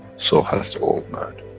so has the old man.